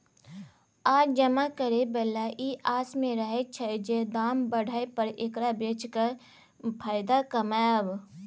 आ जमा करे बला ई आस में रहैत छै जे दाम बढ़य पर एकरा बेचि केँ फायदा कमाएब